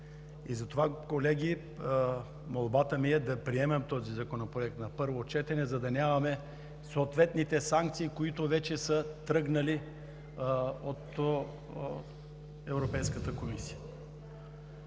Затова, колеги, молбата ми е да приемем този законопроект на първо четене, за да нямаме съответните санкции, които вече са тръгнали от Европейската комисия.